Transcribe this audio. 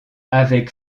avec